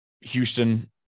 Houston